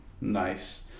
nice